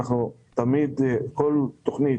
בכל תכנית